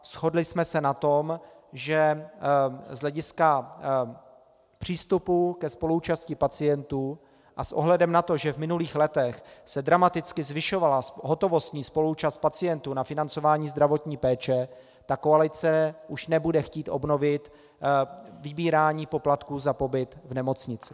Shodli jsme se na tom, že z hlediska přístupu ke spoluúčasti pacientů a s ohledem na to, že v minulých letech se dramaticky zvyšovala hotovostní spoluúčast pacientů na financování zdravotní péče, koalice už nebude chtít obnovit vybírání poplatků za pobyt v nemocnici.